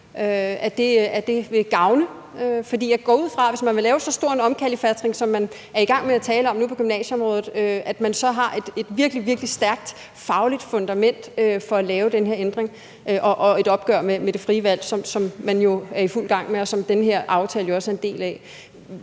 elever vil gavne. For jeg går ud fra, at man, hvis man vil lave så stor en omkalfatring, som man er i gang med at tale om nu på gymnasieområdet, så har et virkelig, virkelig stærkt fagligt fundament for at lave den her ændring, altså et opgør med det frie valg, hvad man jo er i fuld gang med, og som den her aftale også er en del af.